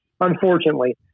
unfortunately